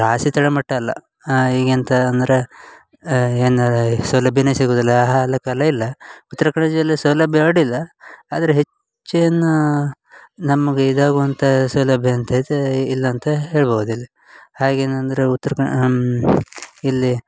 ರಾಶಿ ತಳಮಟ್ಟ ಅಲ್ಲ ಈಗ ಎಂತ ಅಂದರೆ ಏನು ಹೇಳಿ ಈ ಸೌಲಭ್ಯವೇ ಸಿಗುವುದಿಲ್ಲ ಇಲ್ಲ ಉತ್ರ ಕನ್ನಡ ಜಿಲ್ಲೆ ಸೌಲಭ್ಯ ಅಡ್ಡಿಲ್ಲ ಆದರೆ ಹೆಚ್ಚೇನೂ ನಮಗೆ ಇದಾಗುವಂಥ ಸೌಲಭ್ಯ ಅಂಥದ್ದು ಇಲ್ಲ ಅಂತ ಹೇಳ್ಬೌದು ಇಲ್ಲಿ ಹಾಗೇನು ಅಂದರೆ ಉತ್ರ ಕನ ಇಲ್ಲಿ